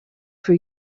for